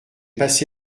passé